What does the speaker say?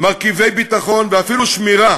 מרכיבי ביטחון ואפילו שמירה